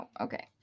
okay